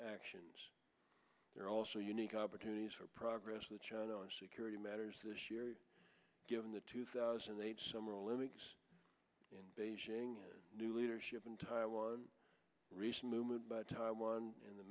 actions there are also unique opportunities for progress with china on security matters this year given the two thousand and eight summer olympics in beijing new leadership in taiwan recent movement but taiwan in the